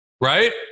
Right